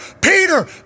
Peter